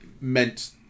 meant